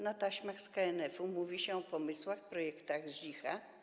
Na taśmach z KNF-u mówi się o pomysłach, projektach Zdzicha.